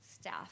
Staff